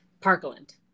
parkland